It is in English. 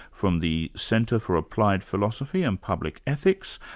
from the centre for applied philosophy and public ethics,